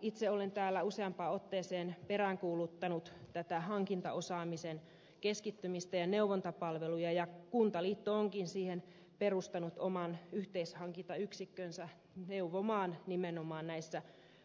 itse olen täällä useaan otteeseen peräänkuuluttanut hankintaosaamisen keskittämistä ja neuvontapalveluja ja kuntaliitto onkin siihen perustanut oman yhteishankintayksikkönsä neuvomaan nimenomaan